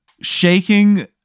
shaking